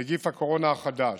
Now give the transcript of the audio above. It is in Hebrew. נגיף הקורונה החדש.